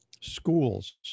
schools